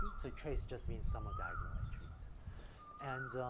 so trace just means sum of diagonal entries and, um,